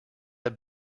have